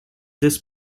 this